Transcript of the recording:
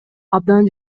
абдан